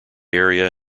area